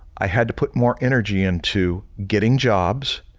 i had to put more energy into getting jobs.